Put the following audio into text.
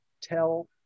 Tell